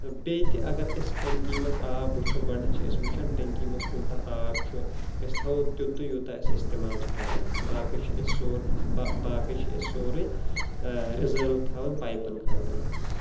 بیٚیہِ تہِ اَگَر أسۍ ٹَنکی منٛز آب وُچھو گۄڈنیٚتھ چھِ أسۍ وُچھان ٹنکی منٛز کوتاہ آب چھُ أسۍ تھاوَو تیٛوتُے یوٗتاہ أسۍ اِستعمال چھِ کَران باقٕے چھِ أسۍ سورُے باقٕے چھِ أسۍ سورُے رِیزٲرُو تھاوان پایپَن خٲطرٕ